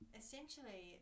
essentially